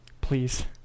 please